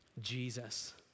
Jesus